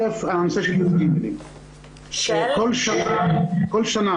ראשית, בכל שנה